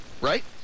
Right